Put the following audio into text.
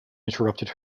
interrupted